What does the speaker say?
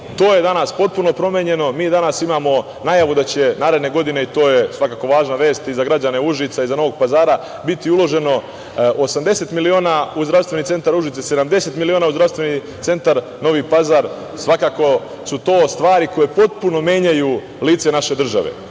je danas potpuno promenjeno. Mi danas imamo najavu da će naredne godine, to je svakako važna vest i za građane Užica i Novog Pazara, biti uloženo 80 miliona u Zdravstveni centar Užice, a 70 miliona u Zdravstveni centar Novi Pazar. Svakako su to stvari koje potpuno menjaju lice naše države